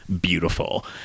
beautiful